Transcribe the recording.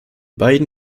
beiden